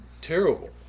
Terrible